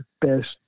best